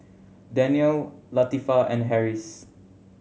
Danial Latifa and Harris